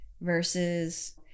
versus